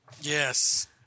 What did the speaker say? Yes